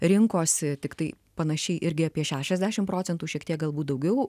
rinkosi tiktai panašiai irgi apie šešiasdešimt procentų šiek tiek galbūt daugiau